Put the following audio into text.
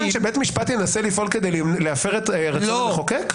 שבית משפט ינסה לפעול כדי להפר את רצון המחוקק.